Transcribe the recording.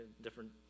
different